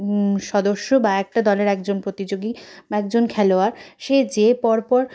সদস্য বা একটা দলের একজন প্রতিযোগী বা একজন খেলোয়াড় সে যে পর পর